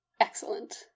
excellent